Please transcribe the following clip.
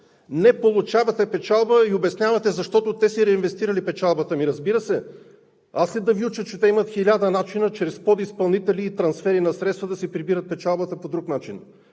Не получавате печалба и обяснявате, защото те си реинвестирали печалбата. Ами разбира се! Аз ли да Ви уча, че те имат 1000 начина, чрез подизпълнители и трансфери на средства, да си прибират печалбата по друг начин?